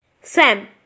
Sam